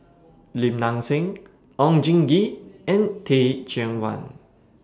Lim Nang Seng Oon Jin Gee and Teh Cheang Wan